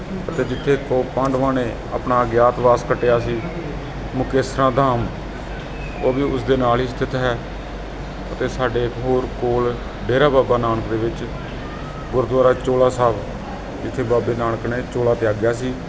ਅਤੇ ਜਿੱਥੇ ਕਿ ਪਾਂਡਵਾਂ ਨੇ ਆਪਣਾ ਅਗਿਆਤਵਾਸ ਕੱਟਿਆ ਸੀ ਮੁਖੇਸਰਾਂ ਧਾਮ ਉਹ ਵੀ ਉਸ ਦੇ ਨਾਲ ਹੀ ਸਥਿਤ ਹੈ ਅਤੇ ਸਾਡੇ ਹੋਰ ਕੋਲ ਡੇਰਾ ਬਾਬਾ ਨਾਨਕ ਦੇ ਵਿੱਚ ਗੁਰਦੁਆਰਾ ਚੋਲਾ ਸਾਹਿਬ ਇੱਥੇ ਬਾਬੇ ਨਾਨਕ ਨੇ ਚੋਲਾ ਤਿਆਗਿਆ ਸੀ